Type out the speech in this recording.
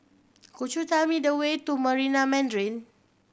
could you tell me the way to Marina Mandarin